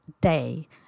day